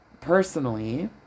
personally